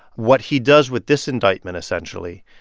what he does with this indictment, essentially,